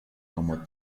como